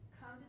come